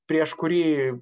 prieš kurį